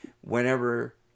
whenever